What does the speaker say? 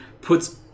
puts